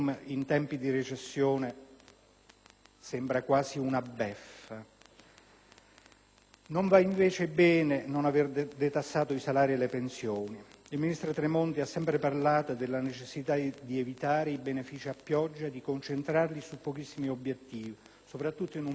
sembra quasi una beffa). Non va invece bene non aver detassato i salari e le pensioni. Il ministro Tremonti ha sempre parlato della necessità di evitare i benefici a pioggia e di concentrarli su pochissimi obiettivi, soprattutto in un periodo di penuria e di scarsità.